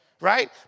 Right